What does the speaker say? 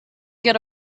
get